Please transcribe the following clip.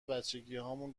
بچگیهامون